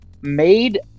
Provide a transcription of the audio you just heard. made